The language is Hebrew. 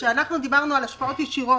כשדיברנו על השפעות ישירות,